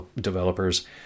developers